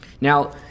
Now